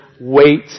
wait